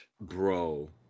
bro